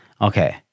Okay